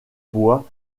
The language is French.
bois